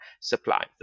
supply